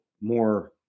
more